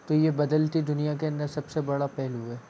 तो ये बदलती दुनिया के अंदर सबसे बड़ा पहलू है